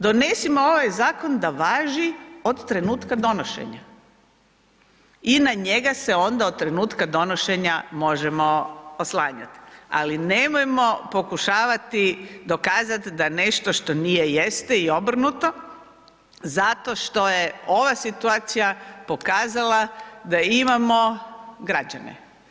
Donesimo ovaj zakon da važi od trenutka donošenja i na njega se onda od trenutka donošenja možemo oslanjati, ali nemojmo pokušavati dokazat da nešto što nije jeste i obrnuto zato što je ova situacija pokazala da imamo građane.